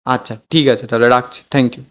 আচ্ছা ঠিক আছে তাহলে রাখছি থ্যাঙ্ক ইউ